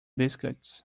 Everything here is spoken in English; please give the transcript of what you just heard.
biscuits